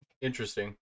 Interesting